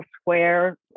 square